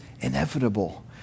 inevitable